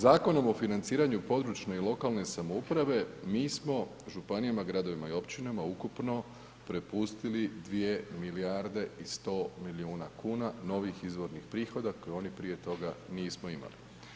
Zakonom o financiranju područne i lokalne samouprave, mi smo županijama, gradovima i općinama, ukupno prepustili 2 milijarde i 100 milijuna kuna, novih izvornih prihoda, koji oni prije toga, nismo imali.